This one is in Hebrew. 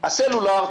הסלולר,